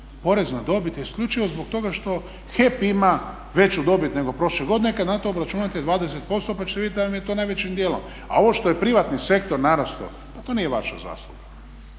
porez na dobit je isključivo zbog toga što HEP ima veću dobit nego prošle godine i kad na to obračunate 20% pa ćete vidjeti da vam je to najvećim dijelom. A ovo što je privatni sektor narastao pa to nije vaša zasluga.